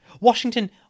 Washington